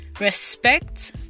respect